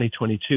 2022